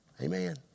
Amen